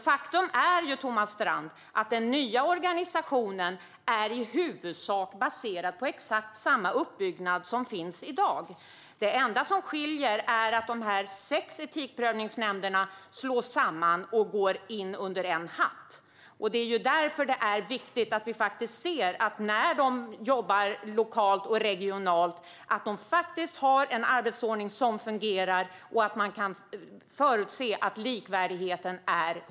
Faktum är ju, Thomas Strand, att den nya organisationen i huvudsak är baserad på exakt samma uppbyggnad som den som råder i dag. Det enda som skiljer är att de sex etikprövningsnämnderna slås samman och går in under en hatt. Det är därför som det är viktigt att vi kan se att de när de jobbar lokalt och regionalt faktiskt har en arbetsordning som fungerar och att man kan förutse en likvärdighet.